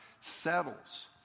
settles